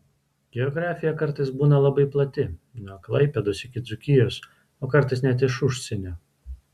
geografija kartais būna labai plati nuo klaipėdos iki dzūkijos o kartais net iš užsienio